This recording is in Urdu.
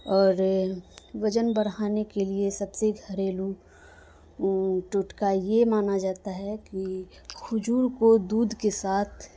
اور وزن بڑھانے کے لیے سب سے گھریلو ٹوٹکا یہ مانا جاتا ہے کہ کھجور کو دودھ کے ساتھ